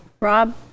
Rob